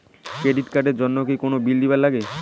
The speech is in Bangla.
ক্রেডিট কার্ড এর জন্যে কি কোনো বিল দিবার লাগে?